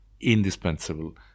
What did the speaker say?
indispensable